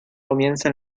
comienza